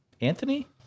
Anthony